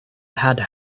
had